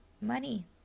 Money